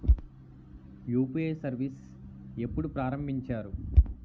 UPI service ఎప్పుడు ప్రారంభించారు?